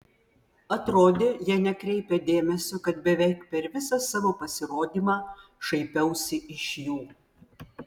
atrodė jie nekreipia dėmesio kad beveik per visą savo pasirodymą šaipiausi iš jų